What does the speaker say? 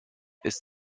ist